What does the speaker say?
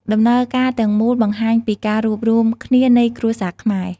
ដំណើរការទាំងមូលបង្ហាញពីការរួបរួមគ្នានៃគ្រួសារខ្មែរ។